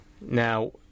Now